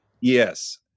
Yes